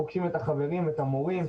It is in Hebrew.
פוגשים חברים ומורים,